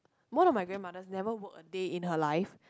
one of my grandmothers never worked a day in her life